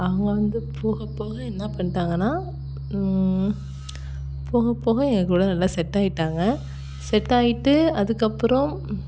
அவங்க வந்து போகப்போக என்ன பண்ணிட்டாங்கன்னா போகப்போக என் கூட நல்லா செட்டாயிட்டாங்க செட்டாயிட்டு அதுக்கப்புறம்